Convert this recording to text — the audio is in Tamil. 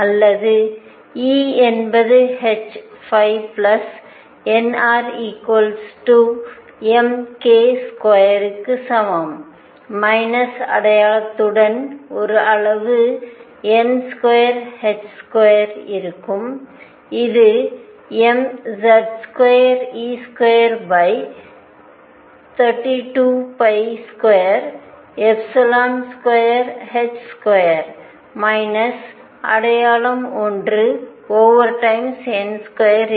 அல்லது E என்பது n phi plus n r equals m k2 க்கு சமம் மைனஸ் அடையாளத்துடன் ஒரு அளவு n22 இருக்கும் இது mZ2e4322 22 மைனஸ் அடையாளம் 1 over times n2 க்கு சமம்